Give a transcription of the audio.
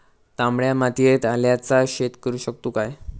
तामड्या मातयेत आल्याचा शेत करु शकतू काय?